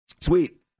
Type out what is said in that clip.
Sweet